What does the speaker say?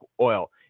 oil